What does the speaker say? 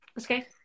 Okay